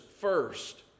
first